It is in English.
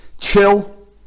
chill